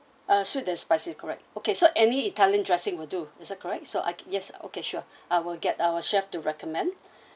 uh so that's spicy correct okay so any italian dressing will do is that correct so I yes okay sure I will get our chef to recommend